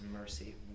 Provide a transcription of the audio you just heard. mercy